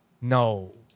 no